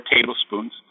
tablespoons